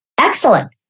Excellent